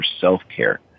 self-care